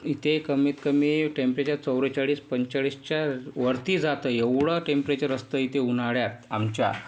इथे कमीत कमी टेम्परेचर चव्वेचाळीस पंचेचाळीसच्या वरती जातं एवढं टेम्परेचर असतं इथे उन्हाळ्यात आमच्या